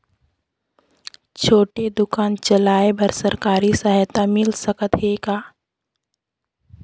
छोटे दुकान चलाय बर सरकारी सहायता मिल सकत हे का?